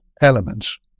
elements